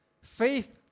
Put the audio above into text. Faith